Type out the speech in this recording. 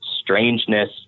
strangeness